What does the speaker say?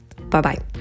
Bye-bye